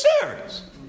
serious